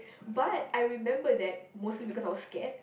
but I remember that mostly because I was scared